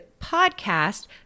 podcast